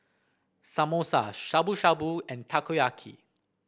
Samosa Shabu Shabu and Takoyaki